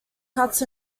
cuts